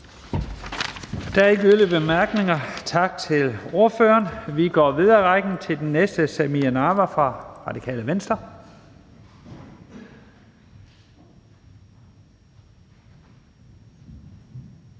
Der er ikke nogen korte bemærkninger. Tak til ordføreren. Vi går videre i rækken til den næste, og det er Samira Nawa fra Radikale Venstre.